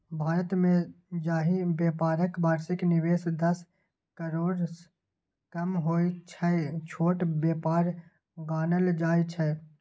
भारतमे जाहि बेपारक बार्षिक निबेश दस करोड़सँ कम होइ छै छोट बेपार गानल जाइ छै